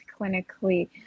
clinically